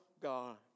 God